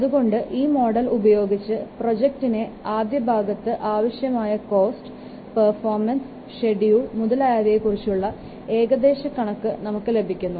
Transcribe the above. അതുകൊണ്ട് ഈ മോഡൽ ഉപയോഗിച്ച് പ്രോജക്ടിന്റെ ആദ്യഭാഗത്ത് ആവശ്യമായ കോസ്റ്റ് ' പെർഫോമൻസ് ഷെഡ്യൂൾ മുതലായവയെ കുറിച്ചുള്ള ഏകദേശ കണക്ക് നമുക്ക് ലഭിക്കുന്നു